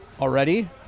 already